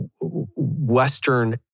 Western